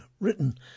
written